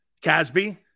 Casby